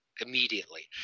immediately